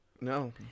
No